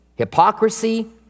hypocrisy